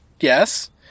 yes